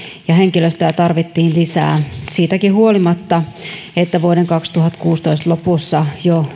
ja henkilöstöä tarvittiin lisää siitäkin huolimatta että jo vuoden kaksituhattakuusitoista lopussa